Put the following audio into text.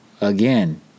again